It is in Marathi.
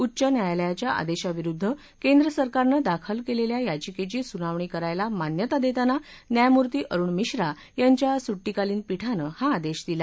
उच्च न्यायालयाच्या आदेशाविरुद्ध केंद्रसरकारनं दाखल केलेल्या याचिकेची सुनावणी करायला मान्यता देताना न्यायमूर्ती अरुण मिश्रा यांच्या सुट्टीकालीन पिठानं हा आदेश दिला